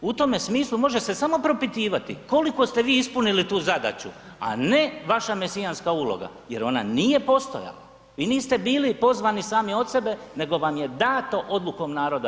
U tome smislu, može se samo propitivati koliko ste vi ispunili tu zadaću a ne vaša mesijanska uloga jer ona nije postojala, vi niste bili pozvani sami od sebe nego vam je dano odlukom naroda